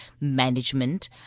management